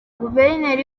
guverineri